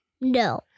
No